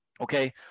okay